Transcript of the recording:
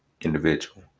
individual